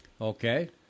Okay